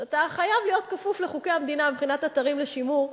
אז אתה חייב להיות כפוף לחוקי המדינה מבחינת אתרים לשימור.